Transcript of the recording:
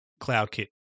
CloudKit